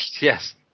Yes